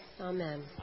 amen